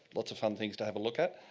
lots of fun things to um look at.